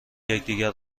یکدیگر